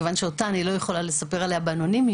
מכיוון שעליה אני לא יכולה לספר באנונימיות,